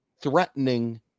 threatening